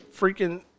freaking